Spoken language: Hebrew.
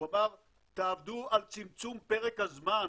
הוא אמר: תעבדו על צמצום פרק הזמן